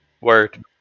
word